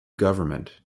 government